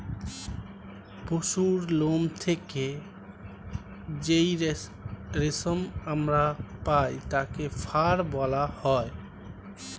পশুর লোম থেকে যেই রেশম আমরা পাই তাকে ফার বলা হয়